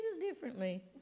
differently